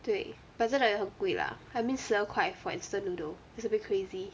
对 but 真的也很贵 lah I mean 十二块 for instant noodle is a bit crazy